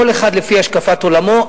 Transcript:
כל אחד לפי השקפת עולמו.